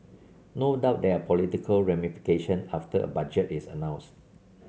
no doubt there are political ramification after a budget is announced